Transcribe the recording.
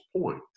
point